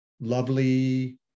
lovely